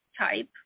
type